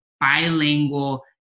bilingual